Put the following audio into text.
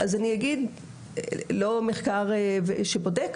לא מחקר שבודק,